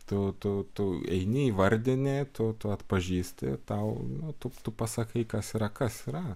tu tu tu eini įvardini tu tu atpažįsti tau tu tu pasakai kas yra kas yra